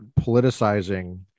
politicizing